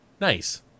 Nice